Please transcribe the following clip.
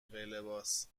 لباس